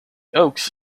oaks